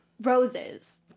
roses